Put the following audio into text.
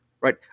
Right